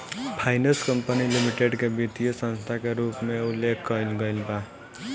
finance company limited के वित्तीय संस्था के रूप में उल्लेख कईल गईल बा